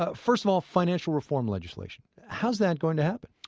ah first of all, financial reform legislation. how is that going to happen?